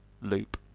loop